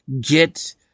get